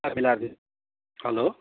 मिलाएर हेलो